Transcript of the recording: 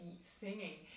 singing